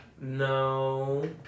No